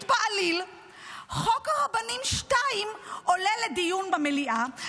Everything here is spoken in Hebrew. בעליל: חוק הרבנים 2 עולה לדיון במליאה.